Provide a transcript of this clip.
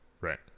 right